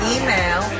email